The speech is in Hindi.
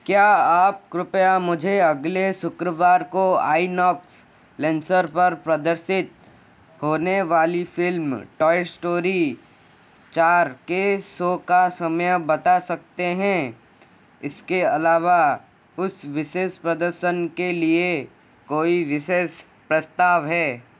क्या आप कृपया मुझे अगले शुक्रवार को आईनॉक्स लेन्सर पर प्रदर्शित होने वाली फ़िल्म टॉय एस्टोरी चार के शो का समय बता सकते हैं इसके अलावा उस विशेष प्रदर्शन के लिए कोई विशेष प्रस्ताव है